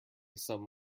some